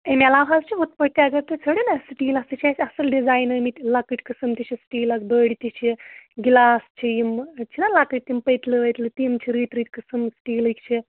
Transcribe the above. امہِ علاوٕ حظ چھِ ہُتھ پٲٹھۍ تہِ اگر تُہۍ ژھٲرِو نا سِٹیٖلَس تہِ چھِ اَسہِ اَصٕل ڈِزایِن آمِتۍ لۄکٕٹۍ قٕسٕم تہِ چھِ سِٹیٖلَس بٔڑۍ تہِ چھِ گِلاس چھِ یِم چھِنہ لۄکٕٹۍ تِم پٔتلہٕ ؤتلہٕ تِم چھِ رٕتۍ رٕتۍ قٕسٕم سٹیٖلٕکۍ چھِ